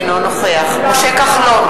אינו נוכח משה כחלון,